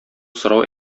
сорау